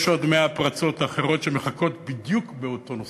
יש עוד מאה פרצות אחרות שמחכות בדיוק באותו נושא.